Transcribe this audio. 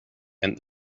and